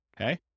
okay